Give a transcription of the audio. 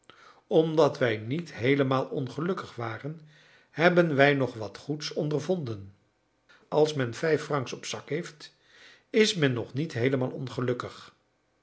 omdat wij niet heelemaal ongelukkig waren hebben wij nog wat goeds ondervonden als men vijf francs op zak heeft is men nog niet heelemaal ongelukkig